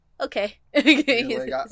okay